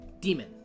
demon